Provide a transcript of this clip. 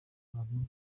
hantu